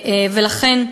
לכן,